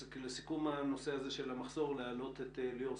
לסיכום נושא המחסור אני רוצה להעלות את ליאור שמחה,